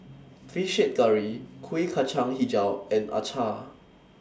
Fish Head Curry Kuih Kacang Hijau and Acar